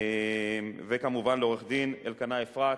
וכמובן לעורך-הדין אלקנה אפרתי,